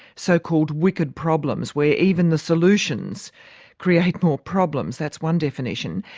so-called wicked problems, where even the solutions create more problems that's one definition.